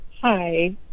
hi